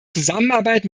zusammenarbeit